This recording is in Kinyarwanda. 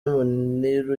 muniru